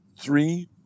Three